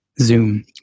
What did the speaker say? Zoom